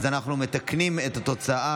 אנחנו מתקנים את התוצאה,